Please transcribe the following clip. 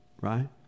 right